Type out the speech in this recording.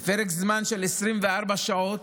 בפרק זמן של 24 שעות